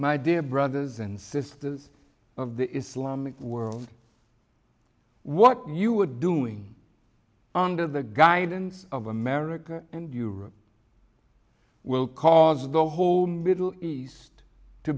my dear brothers and sisters of the islamic world what you were doing under the guidance of america and europe will cause the whole middle east to